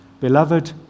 Beloved